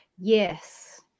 Yes